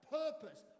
purpose